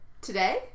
Today